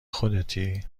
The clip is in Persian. خودتی